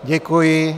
Děkuji.